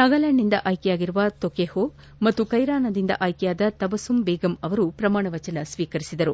ನಾಗಾಲ್ಲಾಂಡ್ ನಿಂದ ಆಯ್ಲೆಯಾದ ತೊಕೆಹೋ ಹಾಗೂ ಕೈರಾನದಿಂದ ಆಯ್ಲೆಯಾದ ತಬಸುಮ್ ಬೇಗಂ ಪ್ರಮಾಣವಚನ ಸ್ಸೀಕರಿಸಿದರು